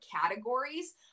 categories